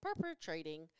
perpetrating